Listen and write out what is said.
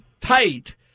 tight